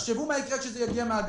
תחשבו מה יקרה כשזה יגיע מן הגדה.